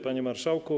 Panie Marszałku!